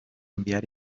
enviar